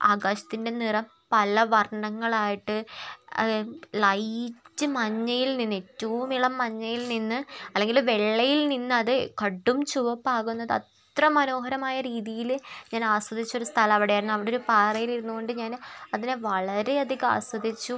ആകാശത്തിൻ്റെ നിറം പല വർണ്ണങ്ങളായിട്ട് ലൈറ്റ് മഞ്ഞയിൽ നിന്ന് ഏറ്റവും ഇളം മഞ്ഞയിൽ നിന്ന് അല്ലെങ്കിൽ വെള്ളയിൽ നിന്ന് അത് കടും ചുവപ്പാകുന്നത് അത്ര മനോഹരമായ രീതിയിൽ ഞാൻ ആസ്വദിച്ച ഒരു സ്ഥലം അവിടെ ആയിരുന്നു അവിടെ ഒരു പാറയിൽ ഇരുന്നു കൊണ്ട് ഞാന് അതിനെ വളരെ അധികം ആസ്വദിച്ചു